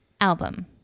Album